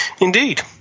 Indeed